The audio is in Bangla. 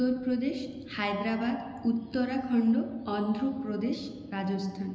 উত্তরপ্রদেশ হায়দ্রাবাদ উত্তরাখণ্ড অন্ধ্রপ্রদেশ রাজস্থান